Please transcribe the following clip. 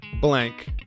blank